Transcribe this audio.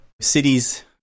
cities